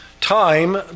time